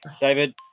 David